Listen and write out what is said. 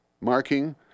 marking